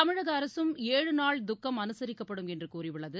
தமிழக அரசும் ஏழு நாள் துக்கம் அனுசரிக்கப்படும் என்று கூறியுள்ளது